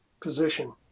position